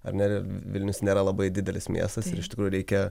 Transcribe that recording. ar ne vilnius nėra labai didelis miestas ir iš tikrųjų reikia